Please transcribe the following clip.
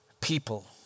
people